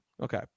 okay